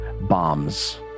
bombs